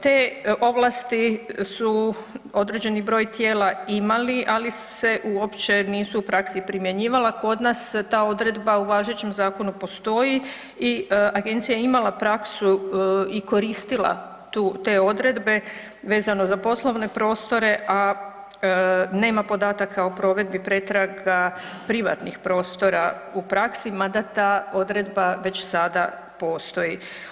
Te ovlasti su određeni broj tijela imali ali se uopće nisu u praksi primjenjivala, kod nas ta odredba u važećem zakonu postoji i agencija je imala praksu i koristila te odredbe vezano za poslovne prostore a nema podataka o provedbi pretraga privatnih prostora u praksi mada ta odredba već sada postoji.